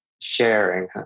sharing